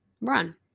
run